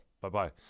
bye-bye